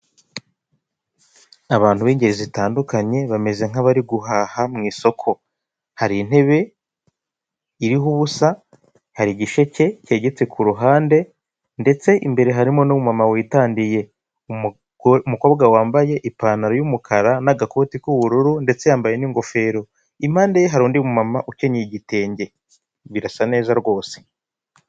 Abantu b'ingeri zitandukanye bameze nk'abari guhaha mu isoko. Hari intebe iriho ubusa, hari igisheke cyegetse ku ruhande, ndetse imbere harimo n'umumama witandiye, umukobwa wambaye ipantaro yumukara n'agakoti k'ubururu ndetse yambaye n'ingofero, impande ye hari undi mumama ukenyeye igitenge, birasa neza rwose.